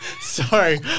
Sorry